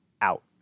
out